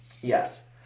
Yes